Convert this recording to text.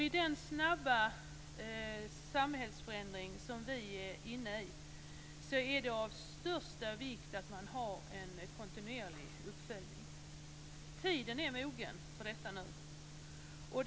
I den snabba samhällsförändring som vi är inne i är det av största vikt att man har en kontinuerlig uppföljning. Tiden är mogen för detta nu.